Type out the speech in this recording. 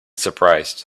surprised